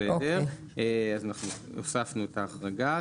בסדר, אז אנחנו הוספנו את ההחרגה.